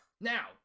Now